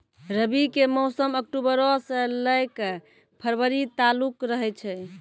रबी के मौसम अक्टूबरो से लै के फरवरी तालुक रहै छै